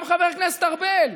גם חבר הכנסת ארבל,